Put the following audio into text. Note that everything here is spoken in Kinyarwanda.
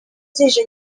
zije